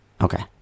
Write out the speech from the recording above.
Okay